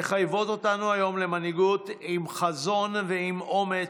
מחייבות אותנו למנהיגות עם חזון ועם אומץ,